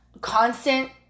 constant